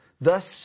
thus